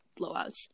blowouts